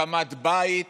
הקמת בית